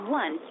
one